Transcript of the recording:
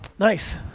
nice.